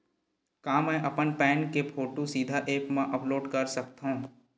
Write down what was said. का मैं अपन पैन के फोटू सीधा ऐप मा अपलोड कर सकथव?